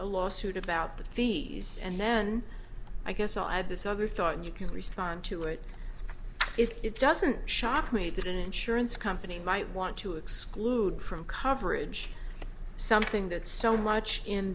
a lawsuit about the fees and then i guess i have this other thought and you can respond to it it doesn't shock me that an insurance company might want to exclude from coverage something that's so much in